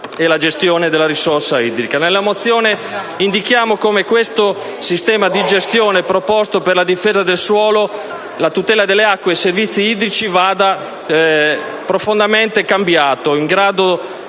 e la gestione della risorsa idrica. Nella mozione indichiamo come il sistema di gestione proposto per la difesa del suolo, la tutela delle acque e i servizi idrici vada profondamente cambiato, essendo